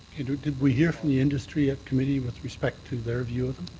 did we hear from the industry at committee with respect to their view of them?